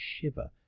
shiver